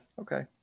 okay